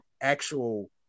actual